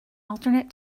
alternate